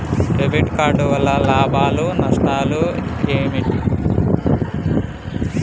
Debit card వల్ల లాభాలు నష్టాలు ఏమిటి?